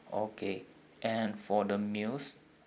okay and for the meals